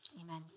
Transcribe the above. Amen